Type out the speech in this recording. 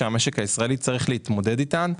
המגמה המרכזית שמאפיינת אותנו,